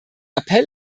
appell